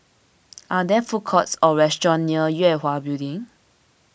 are there food courts or restaurants near Yue Hwa Building